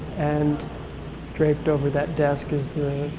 and draped over that desk is the,